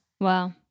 Wow